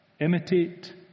Imitate